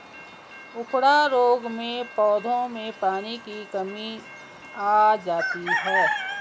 उकडा रोग में पौधों में पानी की कमी आ जाती है